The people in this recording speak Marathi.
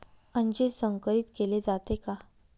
अंजीर संकरित केले जाते का?